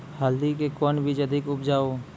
हल्दी के कौन बीज अधिक उपजाऊ?